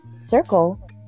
circle